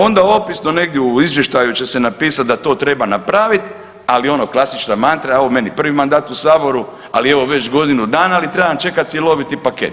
Onda opisno negdje u izvještaju će se napisati da to treba napraviti, ali ono klasična mantra ovo je meni prvi mandat u Saboru, ali evo već godinu dana ali trebam čekati cjeloviti paket.